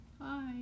Hi